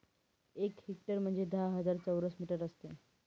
एक हेक्टर म्हणजे दहा हजार चौरस मीटर असते